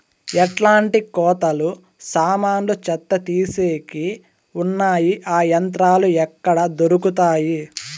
ఎట్లాంటి కోతలు సామాన్లు చెత్త తీసేకి వున్నాయి? ఆ యంత్రాలు ఎక్కడ దొరుకుతాయి?